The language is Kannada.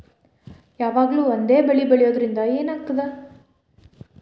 ಯಾವಾಗ್ಲೂ ಒಂದೇ ಬೆಳಿ ಬೆಳೆಯುವುದರಿಂದ ಏನ್ ಆಗ್ತದ?